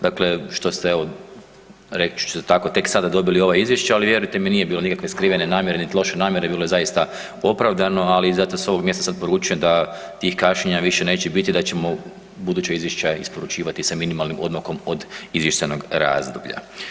Dakle, što ste evo reći ću to tako tek sada dobili ova izvješća ali vjerujte mi nije bilo nikakve skrivene namjere niti loše namjere bilo je zaista opravdano, ali i zato sad s ovog mjesta poručujem da tih kašnjenja više neće biti i da ćemo ubuduće izvješća isporučivati sa minimalnim odmakom od izvještajnog razdoblja.